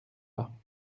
pas